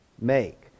make